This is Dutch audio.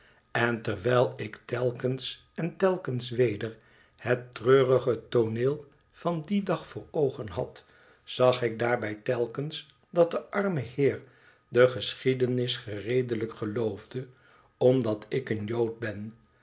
n terwijl ik telkens en telkens weder het treurige tooneel van dien dag voor oogen had zag ik daarbij telkens dat de arme heer de geschiedenis gereedelijk geloofde omdat ik een jood ben